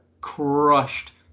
crushed